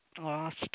lost